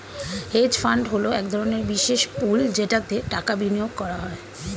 hedge fund হলো এক ধরনের বিশেষ পুল যেটাতে টাকা বিনিয়োগ করা হয়